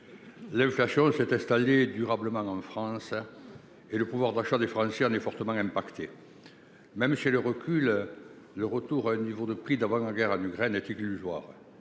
L'inflation s'est installée durablement en France et le pouvoir d'achat des Français en subit les conséquences. Même si elle recule, le retour à un niveau de prix d'avant la guerre en Ukraine est illusoire.